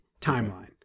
timeline